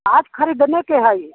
आज ख़रीदने के है